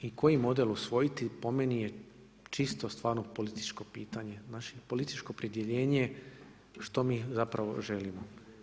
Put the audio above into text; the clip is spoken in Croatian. Da li i koji model usvojiti, po meni je čisto stvarno političko pitanje, naše političko opredjeljenje što mi zapravo želimo.